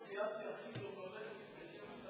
כל סיעת קדימה מצביעה בעד.